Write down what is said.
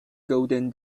golden